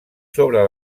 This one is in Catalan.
sobre